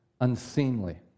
unseemly